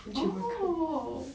oh